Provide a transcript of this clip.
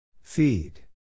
Feed